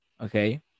okay